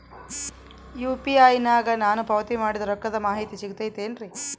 UPI ನಾಗ ನಾನು ಪಾವತಿ ಮಾಡಿದ ರೊಕ್ಕದ ಮಾಹಿತಿ ಸಿಗುತೈತೇನ್ರಿ?